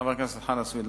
חבר הכנסת חנא סוייד,